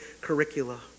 curricula